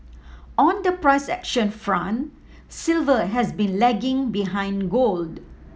on the price action front silver has been lagging behind gold